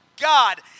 God